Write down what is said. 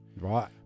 Right